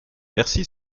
merci